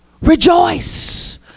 Rejoice